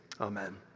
Amen